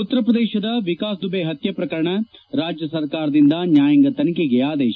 ಉತ್ತರಪ್ರದೇಶದ ವಿಕಾಸ್ ದುಬೆ ಪತ್ನೆ ಪ್ರಕರಣ ರಾಜ್ಗ ಸರ್ಕಾರದಿಂದ ನ್ನಾಯಾಂಗ ತನಿಖೆಗೆ ಆದೇಶ